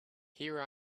here